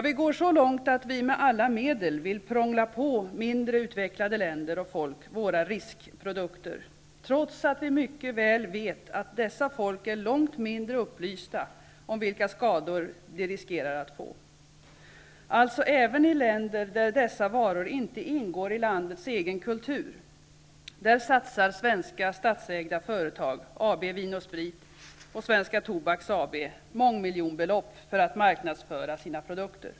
Vi går så långt att vi med alla medel vill prångla ut våra riskprodukter till mindre utvecklade länder och folk. Detta trots att vi mycket väl vet att dessa folk är långt mindre upplysta om vilka skador de riskerar att få. Även i länder där dessa varor inte ingår i landets egen kultur satsar svenska statsägda företag, t.ex. AB Vin & Sprit och Svenska Tobaks AB, mångmiljonbelopp på att marknadsföra sina produkter.